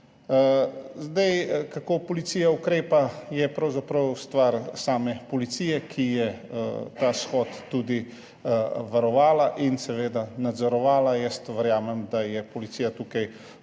so. Kako policija ukrepa, je pravzaprav stvar same policije, ki je ta shod tudi varovala in seveda nadzorovala. Jaz verjamem, da je policija tukaj